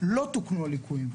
לא תוקנו הליקויים.